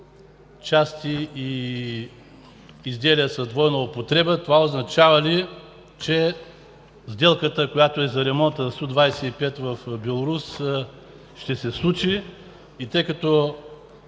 части и изделия с двойна употреба. Това означава ли, че сделката за ремонта на Су-25 в Беларус ще се случи? Тъй като